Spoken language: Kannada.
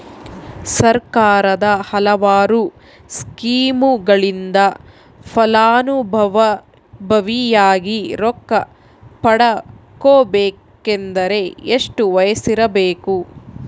ಸರ್ಕಾರದ ಹಲವಾರು ಸ್ಕೇಮುಗಳಿಂದ ಫಲಾನುಭವಿಯಾಗಿ ರೊಕ್ಕ ಪಡಕೊಬೇಕಂದರೆ ಎಷ್ಟು ವಯಸ್ಸಿರಬೇಕ್ರಿ?